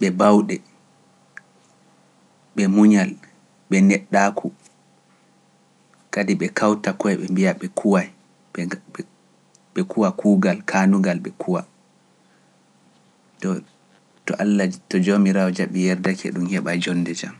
ɓe bawɗe ɓe muñal ɓe neɗɗaaku kadi ɓe kawta ko e ɓe mbiya ɓe kuway ɓe kuwa kuugal kaanugal ɓe kuwa to joomiraawo jaɓi yerdake ɗum heɓa jonde jam